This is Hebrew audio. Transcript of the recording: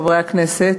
חברי הכנסת,